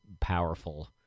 powerful